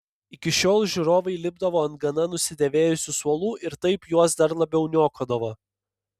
iki šiol žiūrovai lipdavo ant gana nusidėvėjusių suolų ir taip juos dar labiau niokodavo